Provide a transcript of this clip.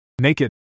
naked